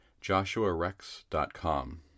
joshuarex.com